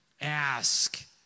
Ask